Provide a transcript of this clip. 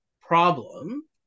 problem